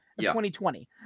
2020